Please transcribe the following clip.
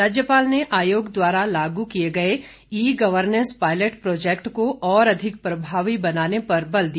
राज्यपाल ने आयोग द्वारा लागू किए गए ई गर्वनेंस पायलट प्रौजेक्ट को और अधिक प्रभावी बनाने पर बल दिया